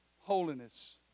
holiness